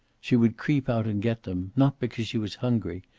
she would creep out and get them, not because she was hungry,